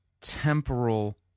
temporal